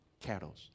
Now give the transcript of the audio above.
cattle